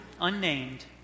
unnamed